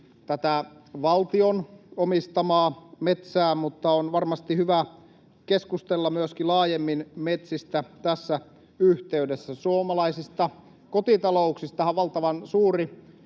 tätä valtion omistamaa metsää, mutta on varmasti hyvä keskustella metsistä myöskin laajemmin tässä yhteydessä. Suomalaisista kotitalouksistahan valtavan suuri